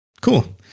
Cool